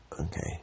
Okay